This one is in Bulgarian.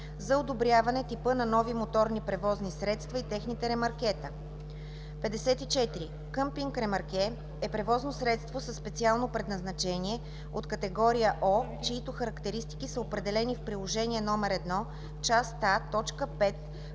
за одобряване на типа на нови превозни средства и техните ремаркета. 54. „Къмпинг ремарке“ е превозно средство със специално предназначение от категория О, чиито характеристики са определени в Приложение 1, част А, т. 5,